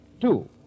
Two